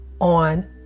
on